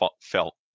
felt